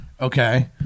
okay